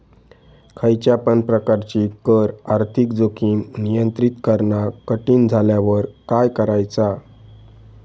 खयच्या पण प्रकारची कर आर्थिक जोखीम नियंत्रित करणा कठीण झाल्यावर काय करायचा?